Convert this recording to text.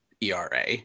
ERA